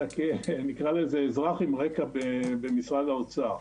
אלא אני אקרא לזה אזרח עם רקע במשרד האוצר,